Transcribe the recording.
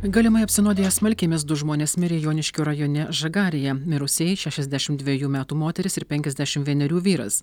galimai apsinuodiję smalkėmis du žmonės mirė joniškio rajone žagarėje mirusieji šešiasdešimt dvejų metų moteris ir penkiasdešim vienerių vyras